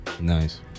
Nice